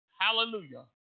Hallelujah